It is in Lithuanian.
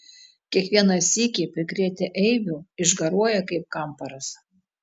kiekvieną sykį prikrėtę eibių išgaruoja kaip kamparas